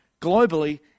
globally